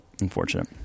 Unfortunate